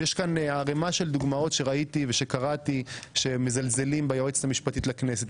יש כאן ערימה של דוגמאות שראיתי ושקראתי שמזלזלים ביועצת המשפטית לכנסת,